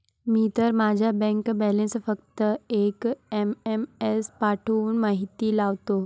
मी तर माझा bank balance फक्त एक एस.एम.एस पाठवून माहिती लावतो